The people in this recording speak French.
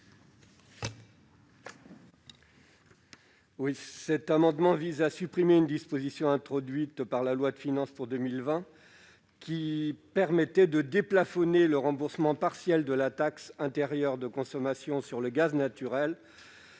Cet amendement vise à supprimer une disposition introduite par la loi de finances pour 2020, qui permet de déplafonner le remboursement partiel de la taxe intérieure de consommation sur le gaz naturel